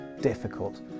difficult